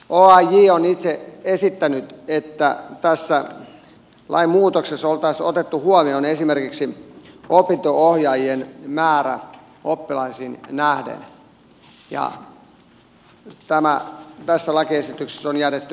oaj on itse esittänyt että tässä lainmuutoksessa olisi otettu huomioon esimerkiksi opinto ohjaajien määrä oppilaisiin nähden ja tämä tässä lakiesityksessä on jätetty nytten kokonaan pois